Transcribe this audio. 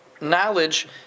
knowledge